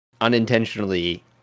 unintentionally